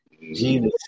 Jesus